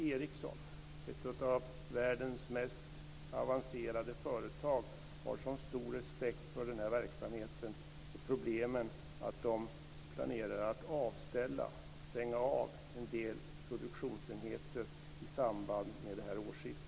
Ett av världens mest avancerade företag, Ericsson, har så stor respekt för dessa problem att man planerar att avställa en del produktionsenheter i samband med årsskiftet.